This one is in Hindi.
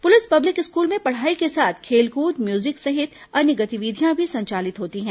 पुलिस पब्लिक स्कूल में पढ़ाई के साथ खेलकूद म्यूजिक सहित अन्य गतिविधियां भी संचालित होती हैं